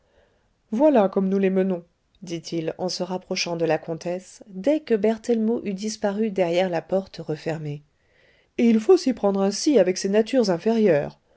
voilà comme nous les menons dit-il en se rapprochant de la comtesse dès que berthellemot eut disparu derrière la porte refermée et il faut s'y prendre ainsi avec ces natures inférieures